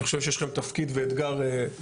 אני חושב שיש לכם תפקיד ואתגר ענק.